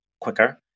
quicker